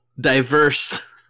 diverse